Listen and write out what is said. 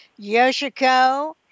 Yoshiko